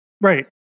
right